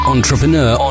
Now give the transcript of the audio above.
Entrepreneur